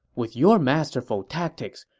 with your masterful tactics,